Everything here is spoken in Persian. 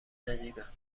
نجیبن